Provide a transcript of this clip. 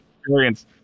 experience